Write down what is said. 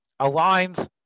aligns